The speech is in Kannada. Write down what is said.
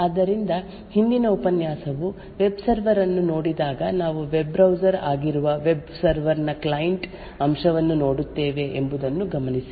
ಆದ್ದರಿಂದ ಹಿಂದಿನ ಉಪನ್ಯಾಸವು ವೆಬ್ ಸರ್ವರ್ ಅನ್ನು ನೋಡಿದಾಗ ನಾವು ವೆಬ್ ಬ್ರೌಸರ್ ಆಗಿರುವ ವೆಬ್ ಸರ್ವರ್ ನ ಕ್ಲೈಂಟ್ ಅಂಶವನ್ನು ನೋಡುತ್ತೇವೆ ಎಂಬುದನ್ನು ಗಮನಿಸಿ